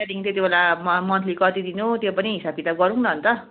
त्यहाँदेखि त्यति बेला मन्थली कति दिने हो त्यो पनि हिसाब किताब गरौँ न अन्त